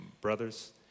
brothers